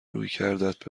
رویکردت